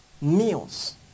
meals